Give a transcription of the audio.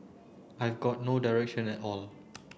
I've got no direction at all